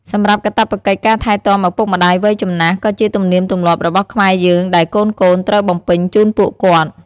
សម្រាប់កាតព្វកិច្ចការថែទាំឪពុកម្ដាយវ័យចំណាស់ក៏ជាទំនៀមទម្លាប់របស់ខ្មែរយើងដែលកូនៗត្រូវបំពេញជូនពួកគាត់។